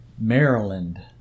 Maryland